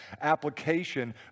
application